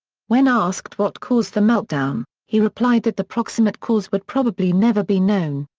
when asked what caused the meltdown, he replied that the proximate cause would probably never be known.